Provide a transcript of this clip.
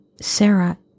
Sarah